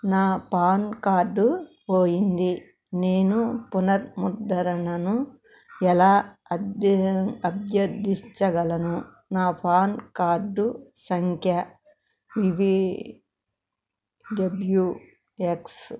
నా PAN card పోయింది నేను పునఃముద్రణను ఎలా అభ్యర్థించగలను నా పాన్ కార్డు సంఖ్య యూ వీ డబ్ల్యూ ఎక్స్